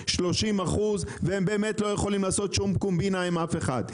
30% והם באמת לא יכולים לעשות שום קומבינה עם אף אחד.